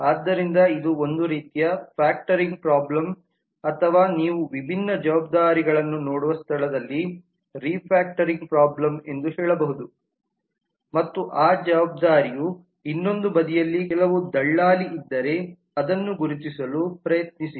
ಆದ್ದರಿಂದ ಇದು ಒಂದು ರೀತಿಯ ಫ್ಯಾಕ್ಟರಿಂಗ್ ಪ್ರಾಬ್ಲಮ್ ಅಥವಾ ನೀವು ವಿಭಿನ್ನ ಜವಾಬ್ದಾರಿಗಳನ್ನು ನೋಡುವ ಸ್ಥಳದಲ್ಲಿ ರಿಫ್ಯಾಕ್ಟರಿಂಗ್ ಪ್ರಾಬ್ಲಮ್ ಎಂದು ಹೇಳಬಹುದು ಮತ್ತು ಆ ಜವಾಬ್ದಾರಿಯ ಇನ್ನೊಂದು ಬದಿಯಲ್ಲಿ ಕೆಲವು ದಳ್ಳಾಲಿ ಇದ್ದರೆ ಅದನ್ನು ಗುರುತಿಸಲು ಪ್ರಯತ್ನಿಸಿ